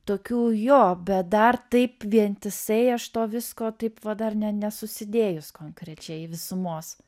tokių jo bet dar taip vientisai aš to visko taip va dar ne nesusidėjus konkrečiai visumos